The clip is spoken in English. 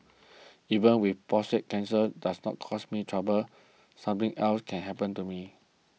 even if prostate cancer does not cause me trouble something else can happen to me